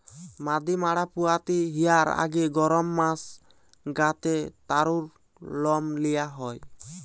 মাদি ম্যাড়া পুয়াতি হিয়ার আগে গরম মাস গা তে তারুর লম নিয়া হয়